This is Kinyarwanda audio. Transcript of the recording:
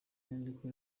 nyandiko